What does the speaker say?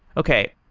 okay.